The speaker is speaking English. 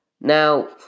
Now